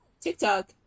TikTok